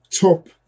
top